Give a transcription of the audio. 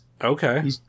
Okay